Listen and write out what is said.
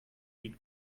liegt